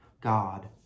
God